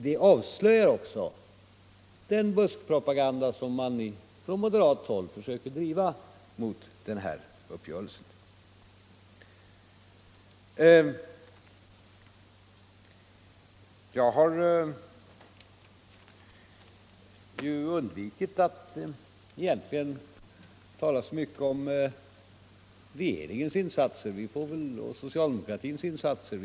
Det avslöjar också den buskpropaganda som man från moderat håll försöker driva mot den här uppgörelsen. Jag har egentligen undvikit att tala så mycket om regeringens insatser och socialdemokratins insatser.